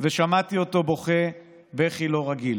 ושמעתי אותו בוכה בכי לא רגיל,